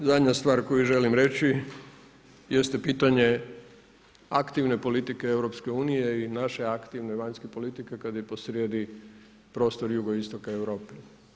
I zadnja stvar koju želim reći jeste pitanje aktivne politike EU i naše aktivne vanjske politike kada je posrijedi prostor Jugoistoka Europe.